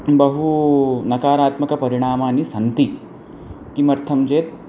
बहूनि नकारात्मकपरिणामानि सन्ति किमर्थं चेत्